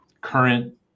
current